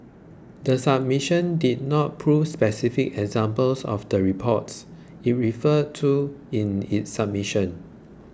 the submission did not provide specific examples of the reports it referred to in its submission